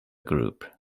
group